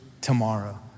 tomorrow